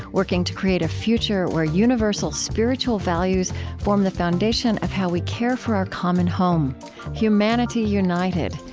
working to create a future where universal spiritual values form the foundation of how we care for our common home humanity united,